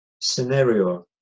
scenario